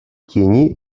кении